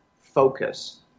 focus